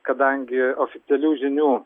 kadangi oficialių žinių